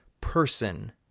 person